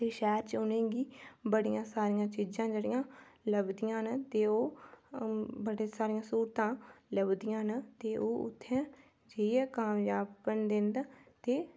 ते शैह्र च उ'नेंगी बड़ी सारियां चीजां जेह्ड़ियां लभदियां न ते ओह् बड़ी सारियां स्हूलतां लभदियां न ते ओह् उत्थैं जाइयै कामजाब बनदे न ते